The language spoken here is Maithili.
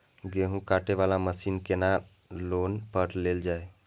गेहूँ काटे वाला मशीन केना लोन पर लेल जाय?